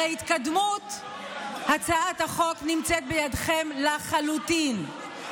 הרי התקדמות הצעת החוק נמצאת בידכם לחלוטין,